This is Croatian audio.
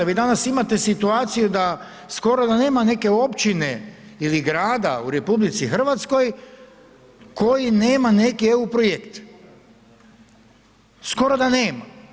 Vi danas imate situaciju da skoro da nema neke općine ili grada u RH koji nema neki EU projekt, skoro da nema.